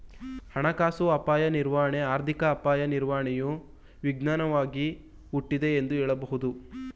ಹಣಕಾಸು ಅಪಾಯ ನಿರ್ವಹಣೆ ಆರ್ಥಿಕ ಅಪಾಯ ನಿರ್ವಹಣೆಯು ವಿಜ್ಞಾನವಾಗಿ ಹುಟ್ಟಿದೆ ಎಂದು ಹೇಳಬಹುದು